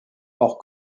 hors